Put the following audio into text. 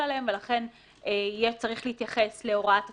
ולכן יהיה צריך להתייחס להוראת התחילה,